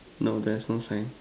no there's no sign